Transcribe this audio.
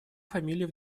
фамилии